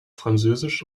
französisch